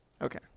Okay